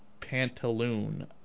pantaloon